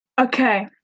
Okay